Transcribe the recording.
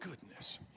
goodness